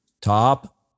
Top